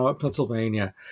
Pennsylvania